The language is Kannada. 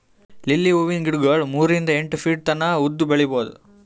ಲಿಲ್ಲಿ ಹೂವಿನ ಗಿಡಗೊಳ್ ಮೂರಿಂದ್ ಎಂಟ್ ಫೀಟ್ ತನ ಉದ್ದ್ ಬೆಳಿಬಹುದ್